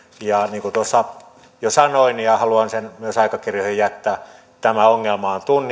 niin kuin jo sanoin ja haluan myös sen aikakirjoihin jättää tämä ongelma on